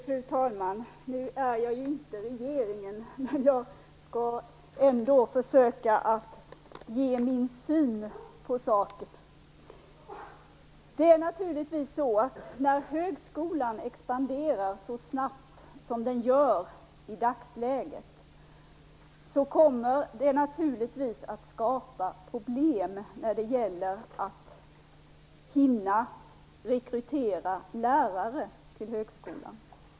Fru talman! Nu är jag inte regeringen, men jag skall ändå försöka ge min syn på saken. När högskolan expanderar så snabbt som den i dagsläget gör kommer det naturligtvis att skapa problem när det gäller att hinna rekrytera lärare till högskolan.